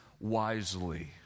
wisely